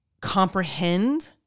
comprehend